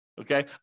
Okay